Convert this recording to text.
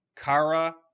Kara